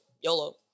YOLO